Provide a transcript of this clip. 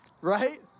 right